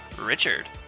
Richard